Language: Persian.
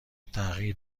تغییر